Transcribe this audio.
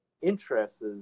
interests